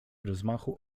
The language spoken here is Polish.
rozmachu